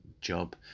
job